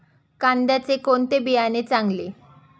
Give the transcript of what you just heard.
कांद्याचे कोणते बियाणे चांगले?